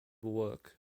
work